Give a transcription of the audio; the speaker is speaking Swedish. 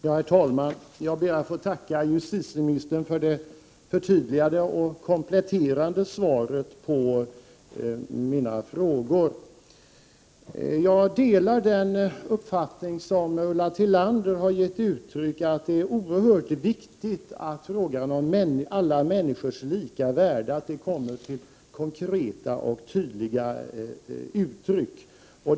Herr talman! Jag ber att få tacka justitieministern för det förtydligande och kompletterande svaret på mina frågor. Jag delar den uppfattning som Ulla Tillander har framfört, att det är oerhört viktigt att principen om alla människors lika värde kommer : till uttryck tydligt och konkret.